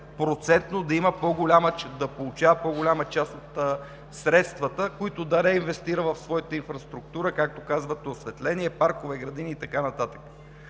процентно да получава по-голяма част от средствата, които да реинвестира в своята инфраструктура – осветление, паркове, градини и така